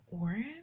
orange